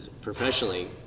professionally